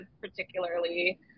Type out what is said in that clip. particularly